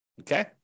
okay